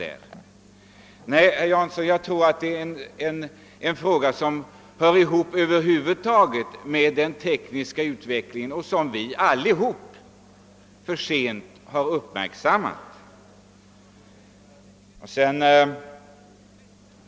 Enligt min mening, herr Jansson, är detta en fråga som hör ihop med den tekniska utvecklingen över huvud taget och som vi alla för sent har uppmärksammat.